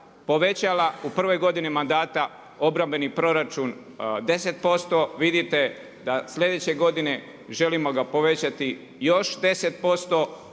povećala u prvoj godini mandata obrambeni proračun 10%. Vidite da sljedeće godine želimo ga povećati još 10%.